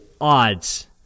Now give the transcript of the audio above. odds